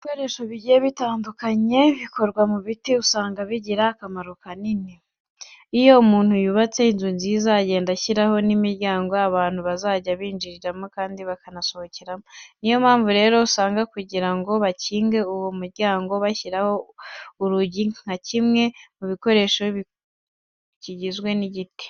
Ibikoresho bigiye bitandukanye bikorwa mu biti usanga bigira akamaro kanini. Iyo umuntu yubatse inzu nziza agenda ashyiraho n'imiryango abantu bazajya binjiriramo kandi bakanasohokeramo. Niyo mpamvu rero usanga kugira ngo bakinge uwo muryango bashyiraho urugi nka kimwe mu gikoresho gikoze mu giti.